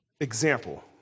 example